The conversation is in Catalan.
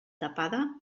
tapada